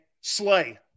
Slay